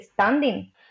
standing